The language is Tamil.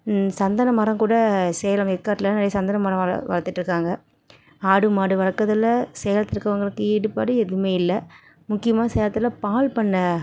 சந்தன மரம் கூட சேலம் ஏற்காட்டில் நிறைய சந்தனம் மரம் வள வளர்த்துட்ருக்காங்க ஆடு மாடு வளர்க்குறதுல சேலத்தில் இருக்கிறவங்களுக்கு ஈடுபாடு எதுவுமே இல்லை முக்கியமாக சேலத்தில் பால்பண்ணை